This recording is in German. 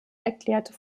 erklärte